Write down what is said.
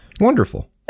Wonderful